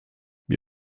wir